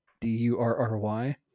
D-U-R-R-Y